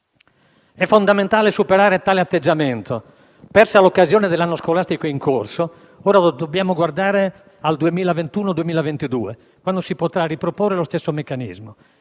È fondamentale superare tale atteggiamento: persa l'occasione dell'anno scolastico in corso, ora dobbiamo guardare al 2021-2022, quando si potrà riproporre lo stesso meccanismo.